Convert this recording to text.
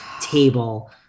table